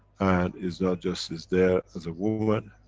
and is not just, is there as a woman,